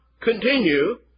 continue